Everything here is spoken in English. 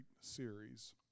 Series